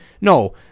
no